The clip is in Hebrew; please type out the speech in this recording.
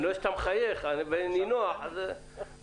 אני רואה שאתה מחייך ונינוח אז בוא...